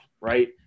right